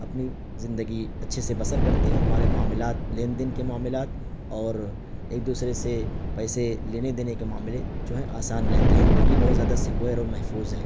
اپنی زندگی اچّھے سے بسر کرتے ہیں اور ہمارے معاملات لین دین کے معاملات اور ایک دوسرے سے پیسے لینے دینے کے معاملے جو ہے آسان رہتے ہیں اور یہ بہت زیادہ سکویر اور محفوظ ہے